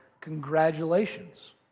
Congratulations